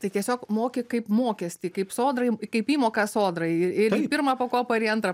tai tiesiog moki kaip mokestį kaip sodrai kaip įmoką sodrai ir į pirmą pakopą ir į antrą